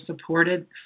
supported